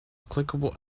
clickable